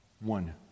one